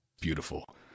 beautiful